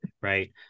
right